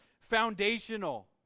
foundational